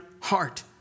heart